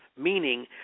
meaning